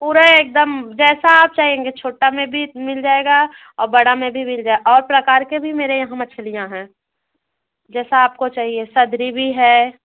पूरा एकदम जैसा आप चाहेंगे छोटा में भी मिल जाएगा और बड़ा में भी मिल जाए और प्रकार के भी मेरे यहाँ मछलियाँ हैं जैसा आपको चाहिए सदरी भी है